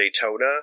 Daytona